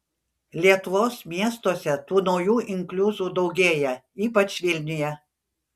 lietuvos miestuose tų naujų inkliuzų daugėja ypač vilniuje